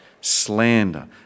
slander